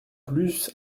plus